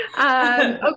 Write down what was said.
Okay